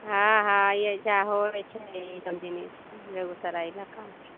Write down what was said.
हँ हँ एहिजा होइ छै ई सब दिन बेगुसराय जिलामे